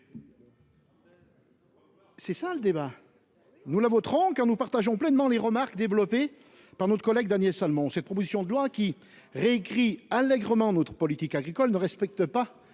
C'est ça le débat. Nous la voterons quand nous partageons pleinement les remarques développée par notre collègue Daniel Salmon, cette proposition de loi qui réécrit allègrement notre politique agricole ne respectent pas